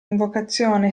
invocazione